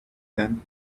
them